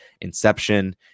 Inception